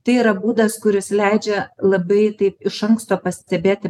tai yra būdas kuris leidžia labai taip iš anksto pastebėti